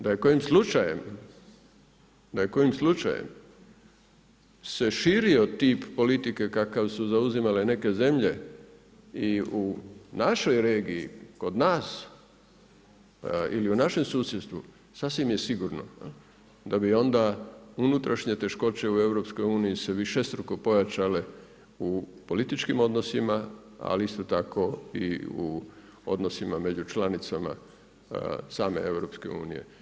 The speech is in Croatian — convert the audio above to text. Da je kojim slučajem, da je kojim slučajem se širio tip politike kakav su zauzimale neke zemlje i u našoj regiji, kod nas ili u našem susjedstvu, sasvim je sigurno da bi onda unutrašnje teškoće u EU se višestruko pojačale u političkim odnosima ali isto tako i u odnosima među članicama same EU.